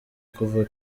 kuva